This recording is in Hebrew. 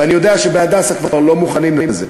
ואני יודע שב"הדסה" כבר לא מוכנים לזה.